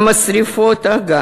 למשרפות,